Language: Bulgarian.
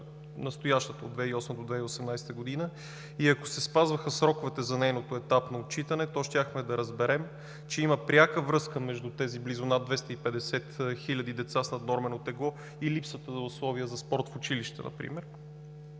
настоящата 2018 г. Ако се спазваха сроковете за нейното етапно отчитане, то щяхме да разберем, че има пряка връзка между тези близо над 250 хиляди деца с наднормено тегло, и липсата на условия за спорт в училище, например,